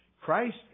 Christ